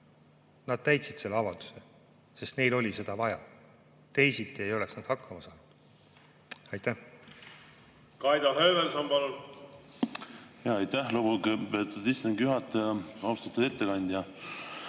nad täitsid selle avalduse, sest neil oli seda vaja. Teisiti ei oleks nad hakkama saanud. Kaido